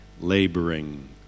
laboring